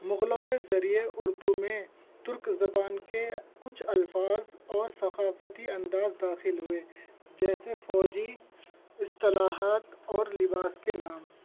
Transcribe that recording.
مغلوں کے ذریعے اردو میں ترک زبان کے کچھ الفاظ اور ثقافتی انداز داخل ہوئے جیسے فوجی اصطلاحات اور لباس کے نام